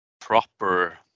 proper